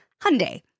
Hyundai